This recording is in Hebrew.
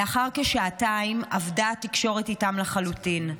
לאחר כשעתיים אבדה התקשורת איתם לחלוטין.